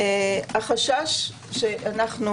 החשש שאנו